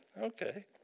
okay